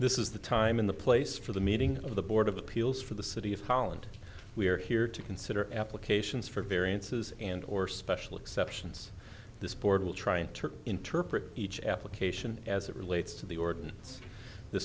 this is the time in the place for the meeting of the board of appeals for the city of holland we are here to consider applications for variances and or special exceptions this board will try to interpret each application as it relates to the